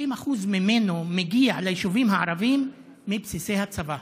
ש-90% ממנו מגיע ליישובים הערביים מבסיסי הצבא.